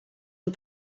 and